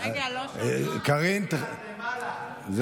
אני